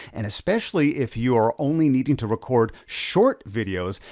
and especially if you are only needing to record short videos,